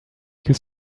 you